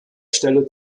stelle